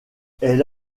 elle